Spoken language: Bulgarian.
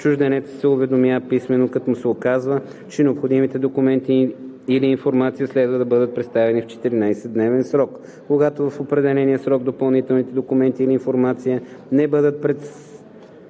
чужденецът се уведомява писмено, като му се указва, че необходимите документи или информация следва да бъдат представени в 14-дневен срок. Когато в определения срок допълнителните документи или информация не бъдат представени,